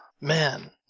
man